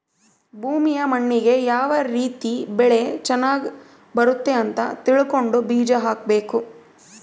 ಭೂಮಿಯ ಮಣ್ಣಿಗೆ ಯಾವ ರೀತಿ ಬೆಳೆ ಚನಗ್ ಬರುತ್ತೆ ಅಂತ ತಿಳ್ಕೊಂಡು ಬೀಜ ಹಾಕಬೇಕು